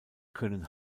können